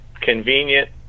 convenient